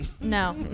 No